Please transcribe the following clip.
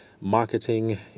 marketing